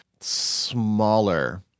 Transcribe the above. smaller